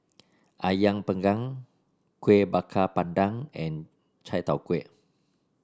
ayam panggang Kuih Bakar Pandan and Chai Tow Kuay